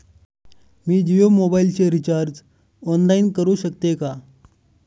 मी जियो मोबाइलचे recharge online करू शकते का?